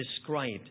described